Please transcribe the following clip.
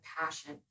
passion